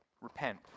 Repent